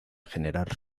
generar